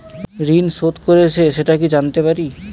ঋণ শোধ করেছে সেটা কি জানতে পারি?